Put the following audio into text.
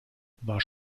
war